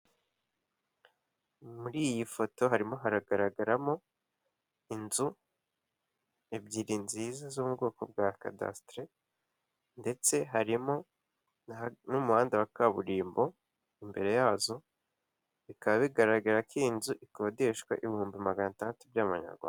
Muri iyi foto harimo haragaragaramo inzu ebyiri nziza zo mu bwoko bwa kadasiteri, ndetse harimo n'umuhanda wa kaburimbo imbere yazo, bikaba bigaragara ko iyi nzu ikodeshwa ibihumbi magana atadatu by'amanyarwanda.